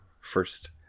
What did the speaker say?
first